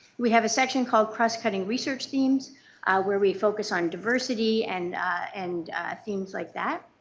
we have a section called cross-cutting research themes where we focus on diversity and and themes like that.